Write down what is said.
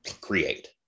create